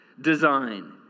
design